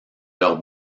leurs